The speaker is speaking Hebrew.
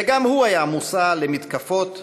וגם הוא היה מושא למתקפות ולהשמצות.